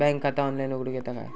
बँकेत खाता ऑनलाइन उघडूक येता काय?